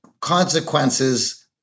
consequences